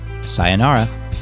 Sayonara